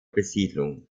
besiedlung